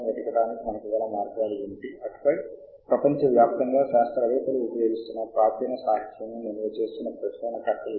మరియు యూఆర్ఎల్ లను ఎవరైనా విక్రేత ఏదైనా మార్చినట్లయితే ఇప్పటి నుండి సమయం అప్పుడు మీరు వెబ్ సెర్చ్ ఇంజిన్ ను ఉపయోగించి సరైన యూఆర్ఎల్ లను గుర్తించాలి మరియు తరువాతి దశలో మీరే చేయవలసి ఉంటుంది